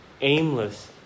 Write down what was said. aimless